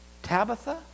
Tabitha